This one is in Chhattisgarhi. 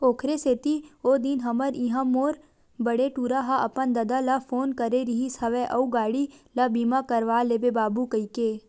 ओखरे सेती ओ दिन हमर इहाँ मोर बड़े टूरा ह अपन ददा ल फोन करे रिहिस हवय अउ गाड़ी ल बीमा करवा लेबे बाबू कहिके